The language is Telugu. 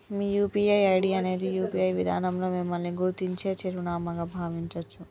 మీ యూ.పీ.ఐ ఐడి అనేది యూ.పీ.ఐ విధానంలో మిమ్మల్ని గుర్తించే చిరునామాగా భావించొచ్చు